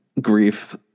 grief